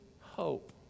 hope